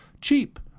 cheap